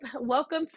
welcome